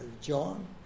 John